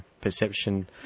perception